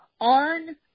on